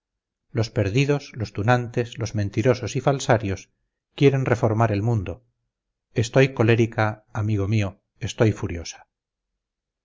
los perdidos los tunantes los mentirosos y falsarios quieren reformar el mundo estoy colérica amigo mío estoy furiosa